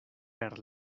per